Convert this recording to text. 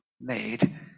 made